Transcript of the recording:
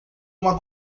uma